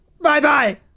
Bye-bye